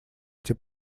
эти